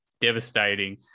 devastating